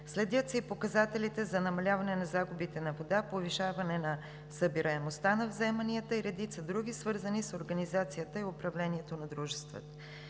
Следят се и показателите за намаляване на загубите на вода, повишаване на събираемостта на вземанията и редица други, свързани с организацията и управлението на дружествата.